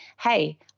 hey